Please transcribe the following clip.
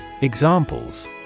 Examples